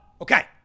Okay